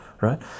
right